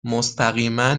مستقیما